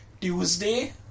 Tuesday